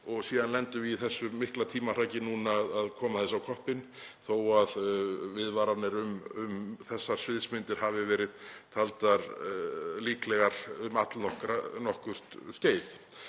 síðan lendum við í þessu mikla tímahraki núna við að koma þessu á koppinn þó að viðvaranir um þessar sviðsmyndir hafi verið taldar líklegar um allnokkurt skeið.